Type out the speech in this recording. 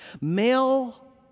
Male